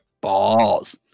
balls